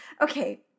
okay